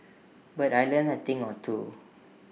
but I learnt A thing or two